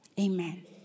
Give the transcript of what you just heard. Amen